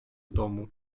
domu